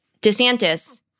DeSantis